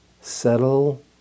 settle